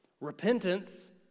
repentance